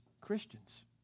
Christians